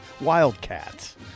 Wildcats